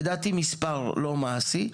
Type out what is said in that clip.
לדעתי מספר לא מעשי.